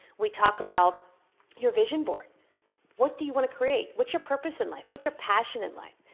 we talk about your vision board what do you want to create? what's your purpose in life? what's your passion in life?